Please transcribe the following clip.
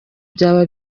byaba